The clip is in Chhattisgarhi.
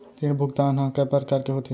ऋण भुगतान ह कय प्रकार के होथे?